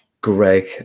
Greg